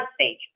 stage